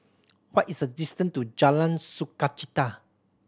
what is the distance to Jalan Sukachita